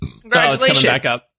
congratulations